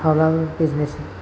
माब्लाब business